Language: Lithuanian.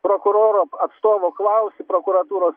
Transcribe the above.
prokuroro atstovo klausi prokuratūros